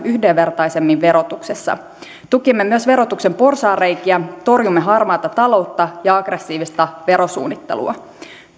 yhdenvertaisemmin verotuksessa tukimme myös verotuksen porsaanreikiä torjumme harmaata taloutta ja aggressiivista verosuunnittelua